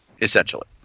essentially